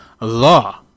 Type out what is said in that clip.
Law